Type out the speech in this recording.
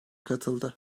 katıldı